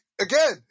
Again